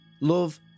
Love